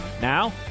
Now